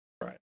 Right